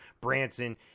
branson